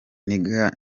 niga